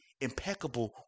impeccable